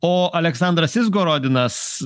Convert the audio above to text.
o aleksandras izgorodinas